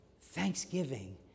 thanksgiving